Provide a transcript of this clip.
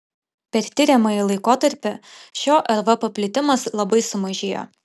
per tiriamąjį laikotarpį šio rv paplitimas labai sumažėjo